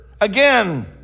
again